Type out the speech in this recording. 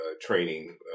training